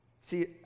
See